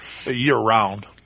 Year-round